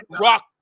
rock